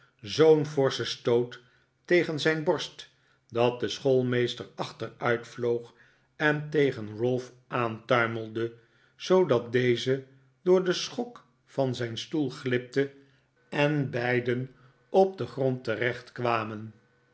zoo'n forschen stoot tegen zijn borst dat de schoolmeester achteruitvloog en tegen ralph aantuimelde zoodat deze door den schok van zijn stoel glipte en beiden op den grond terecht kwamen